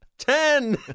Ten